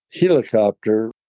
helicopter